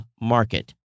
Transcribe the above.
market